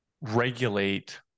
regulate